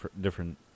different